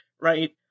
right